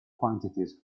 quantities